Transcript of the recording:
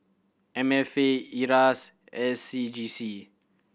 M F A IRAS and S C G C